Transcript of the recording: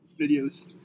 videos